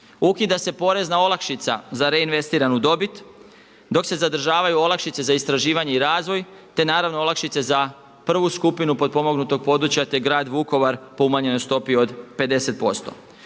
Ukida se porezna olakšica za reinvestiranu dobit dok se zadržavaju olakšice za istraživanje i razvoj te naravno olakšice za prvu skupinu potpomognutog područja te Grad Vukovar po umanjenoj stopi od 50%.